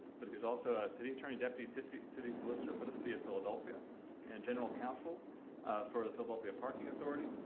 but he was also a city attorney a deputy city city solicitor for the city of philadelphia and general counsel for the philadelphia parking authority.